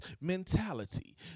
mentality